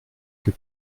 que